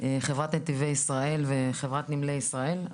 חברת נתיבי ישראל וחברת נמלי ישראל.